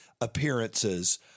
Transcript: appearances